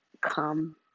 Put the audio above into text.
come